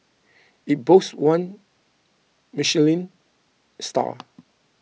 it boasts one Michelin star